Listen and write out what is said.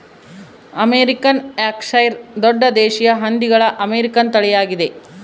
American Yorkshire ದೊಡ್ಡ ದೇಶೀಯ ಹಂದಿಗಳ ಅಮೇರಿಕನ್ ತಳಿಯಾಗಿದೆ